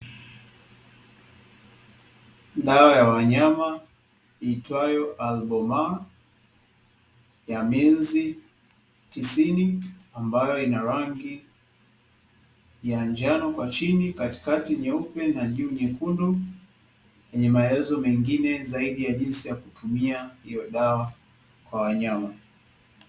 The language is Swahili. Dawa ya wanyama, iitwayo Albomaa ya milizi tisini ambayo ina rangi ya njano kwa chini, katikati nyeupe na juu nyekundu yenye maelezo mengine zaidi ya jinsi ya kutumia hiyo dawa kwa wanyama.